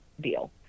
deal